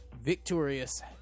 victorious